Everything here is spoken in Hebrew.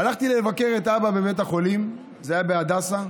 הלכתי לבקר את אבא בבית החולים, זה היה בהדסה,